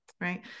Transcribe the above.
Right